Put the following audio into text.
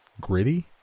gritty